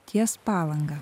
ties palanga